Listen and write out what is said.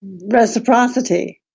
reciprocity